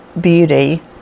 beauty